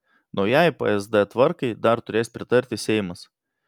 naujai psd tvarkai dar turės pritarti seimas